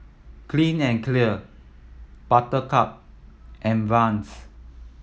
Clean and Clear Buttercup and Vans